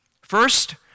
First